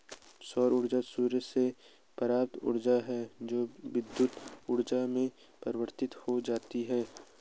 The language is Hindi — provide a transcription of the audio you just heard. सौर ऊर्जा सूर्य से प्राप्त ऊर्जा है जो विद्युत ऊर्जा में परिवर्तित हो जाती है